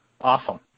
Awesome